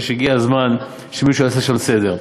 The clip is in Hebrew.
1940. אני חושב שהגיע הזמן שמישהו יעשה שם סדר.